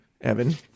Evan